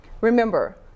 Remember